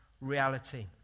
reality